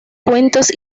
cuentos